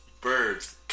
Birds